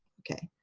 ok.